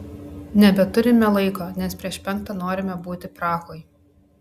nebeturime laiko nes prieš penktą norime būti prahoj